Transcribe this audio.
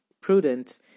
prudent